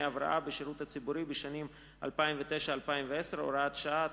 הבראה בשירות הציבורי בשנים 2009 ו-2010 (הוראת שעה),